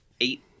eight